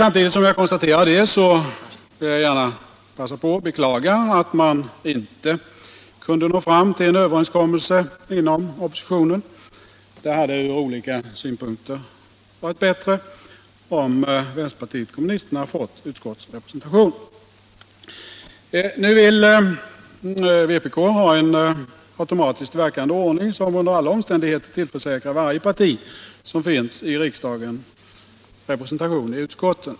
Samtidigt som jag konstaterar detta vill jag gärna passa på att beklaga att man inte nu kunde nå fram till en överenskommelse inom oppositionen. Det hade ur olika synpunkter varit bättre om vänsterpartiet kommunisterna fått utskottsrepresentation. Nu vill vpk ha en automatiskt verkande ordning, som under alla omständigheter tillförsäkrar varje parti som finns i riksdagen representation i utskotten.